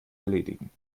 erledigen